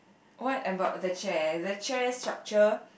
what about the chair the chair structure